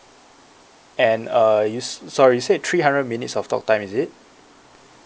and uh you s~ sorry you said three hundred minutes of talk time is it